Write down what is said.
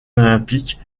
olympiques